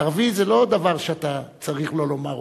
"ערבי" זה לא דבר שאתה צריך לא לומר אותו.